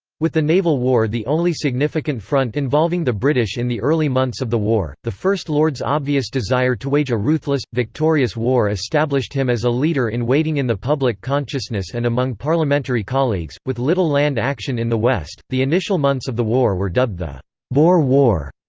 with the naval war the only significant front involving the british in the early months of the war, the first lord's obvious desire to wage a ruthless, victorious war established him as a leader-in-waiting in the public consciousness and among parliamentary colleagues with little land action in the west, the initial months of the war were dubbed the bore war,